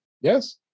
Yes